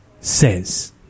says